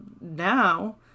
now